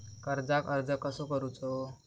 कर्जाक अर्ज कसो करूचो?